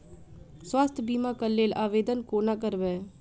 स्वास्थ्य बीमा कऽ लेल आवेदन कोना करबै?